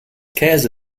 käse